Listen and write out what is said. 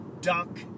duck